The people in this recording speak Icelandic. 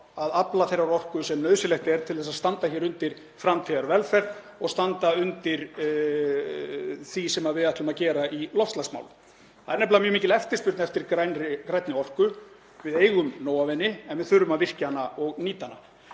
að afla þeirrar orku sem nauðsynlegt er til að standa undir framtíðarvelferð og standa undir því sem við ætlum að gera í loftslagsmálum. Það er nefnilega mjög mikil eftirspurn eftir grænni orku. Við eigum nóg af henni en við þurfum að virkja hana og nýta hana.